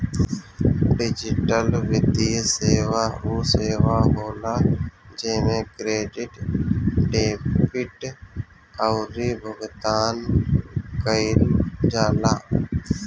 digital वित्तीय सेवा उ सेवा होला जेमे क्रेडिट, डेबिट अउरी भुगतान कईल जाला